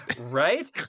Right